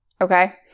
Okay